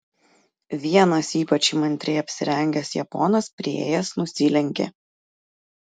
vienas ypač įmantriai apsirengęs japonas priėjęs nusilenkė